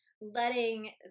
letting